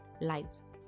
lives